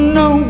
no